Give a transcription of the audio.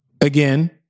again